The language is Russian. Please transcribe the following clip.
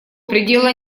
предела